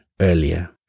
earlier